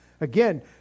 Again